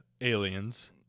aliens